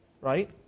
Right